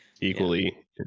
equally